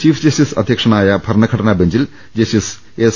chief justice അധ്യക്ഷനായ ഭരണഘടനാ ബെഞ്ചിൽ ജസ്റ്റിസ് എസ്